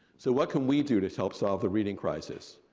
so, what can we do to help solve the reading crisis?